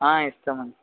ఇస్తామండి